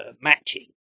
matching